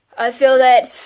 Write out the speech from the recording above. i feel that